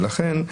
ולכן,